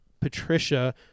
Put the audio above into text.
Patricia